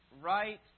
right